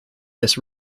this